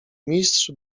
mistrz